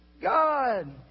God